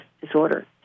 disorder